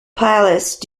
palace